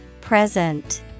Present